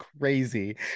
crazy